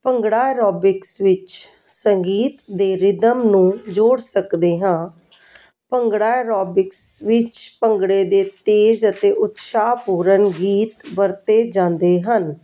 bhangra aerobics ਵਿੱਚ ਸੰਗੀਤ ਦੇ ਰਿਦਮ ਨੂੰ ਜੋੜ ਸਕਦੇ ਹਾਂ ਭੰਗੜਾ ਐਰੋਬਿਕਸ ਵਿੱਚ ਭੰਗੜੇ ਦੇ ਤੇਜ਼ ਅਤੇ ਉਤਸ਼ਾਹਪੂਰਨ ਗੀਤ ਵਰਤੇ ਜਾਂਦੇ ਹਨ